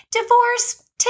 divorce